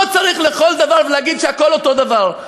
לא צריך על כל דבר להגיד שהכול אותו דבר.